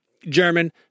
German